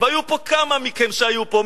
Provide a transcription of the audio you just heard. והיו כמה מכם שהיו פה,